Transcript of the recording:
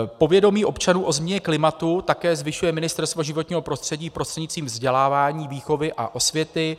Povědomí občanů o změně klimatu také zvyšuje Ministerstvo životního prostředí prostřednictvím vzdělávání, výchovy a osvěty.